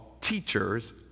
teachers